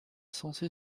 censé